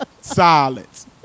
Silence